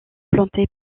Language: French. plantés